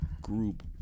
group